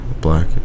Black